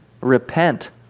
repent